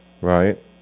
Right